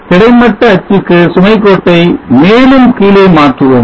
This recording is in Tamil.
கிடைமட்ட அச்சுக்கு சுமை கோட்டை மேலும் கீழே மாற்றுவோம்